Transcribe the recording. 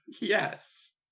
Yes